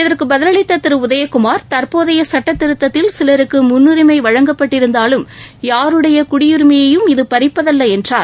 இதற்கு பதிலளித்த திரு உதயகுமார் தற்போதைய சுட்ட திருத்ததில் சிலருக்கு முன்னுரிமை வழங்கப்பட்டிருந்தாலும் யாருடைய குடியுரிமையையும் இது பறிப்பதல்ல என்றார்